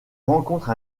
rencontre